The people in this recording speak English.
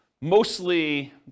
mostly